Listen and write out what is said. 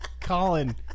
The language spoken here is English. Colin